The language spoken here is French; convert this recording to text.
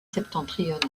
septentrional